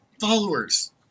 followers